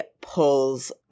pulls